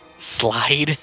Slide